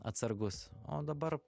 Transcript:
atsargus o dabar